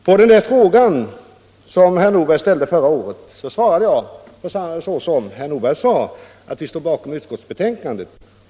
På den fråga som herr Nordberg ställde förra året svarade jag så som herr Nordberg här återgav, att vi står bakom utskottets betänkande.